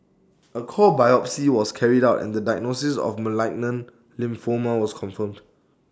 A core biopsy was carried out and the diagnosis of malignant lymphoma was confirmed